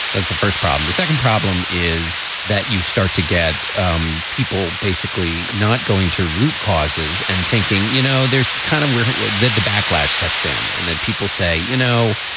that's the first problem. the second problem is that you start to get um people basically not going to root causes and thinking, you know, there's kind of where the the backlash sets in. and then people say, you know,